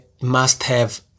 must-have